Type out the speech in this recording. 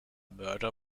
mörder